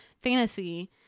fantasy